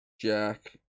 Jack